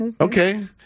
Okay